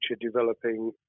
developing